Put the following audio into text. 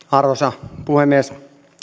arvoisa puhemies